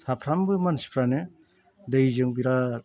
साफ्रामबो मानसिफ्रानो दैजों बिराद